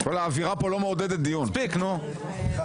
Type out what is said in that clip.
מספיק.